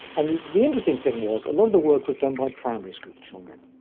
and the the interesting thing was a lot of the work was done by primary school children,